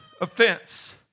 Offense